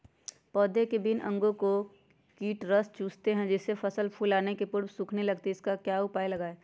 पौधे के विभिन्न अंगों से कीट रस चूसते हैं जिससे फसल फूल आने के पूर्व सूखने लगती है इसका क्या उपाय लगाएं?